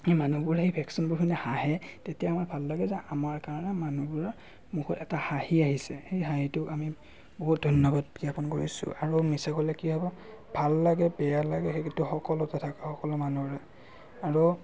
এই মানুহবোৰে ভেশচন প্ৰতিযোগিতাত হাহে তেতিয়া আমাৰ ভাল লাগে যে আমাৰ কাৰণে মানুহবোৰৰ মুখত এটা হাহি আহিছে সেই হাঁহিটো আমি বহুত ধন্যবাদ জ্ঞাপন কৰিছোঁ আৰু মিছা ক'লে কি হ'ব ভাল লাগে বেয়া লাগে সেইটো সকলোতে থাকে সকলো মানুহৰে আৰু